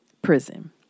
prison